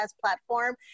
platform